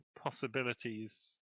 possibilities